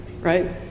Right